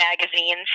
magazines